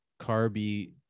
carby